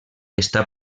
està